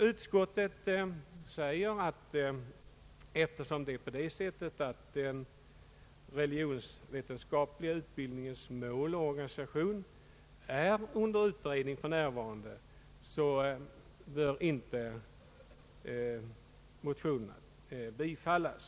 Utskottet framhåller att eftersom den religionsvetenskapliga utbildningens mål och organisation för närvarande är under utredning, bör inte motionen bifallas.